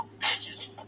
bitches